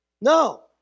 No